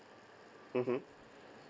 mmhmm